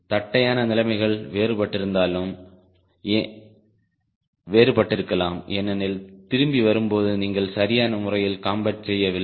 தட்டையான நிலைமைகள் வேறுபட்டிருக்கலாம் ஏனெனில் திரும்பி வரும்போது நீங்கள் சரியான முறையில் காம்பேட் செய்யவில்லை